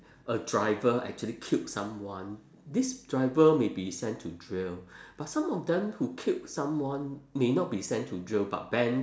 a driver actually killed someone this driver may be sent to jail but some of them who killed someone may not be sent to jail but banned